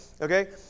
Okay